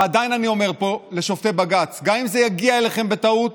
ועדיין אני אומר פה לשופטי בג"ץ: גם אם זה יגיע אליכם בטעות,